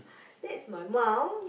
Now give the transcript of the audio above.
that's my mum